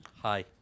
Hi